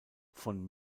von